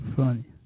funny